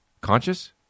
Conscious